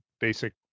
basic